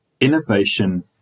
innovation